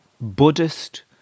Buddhist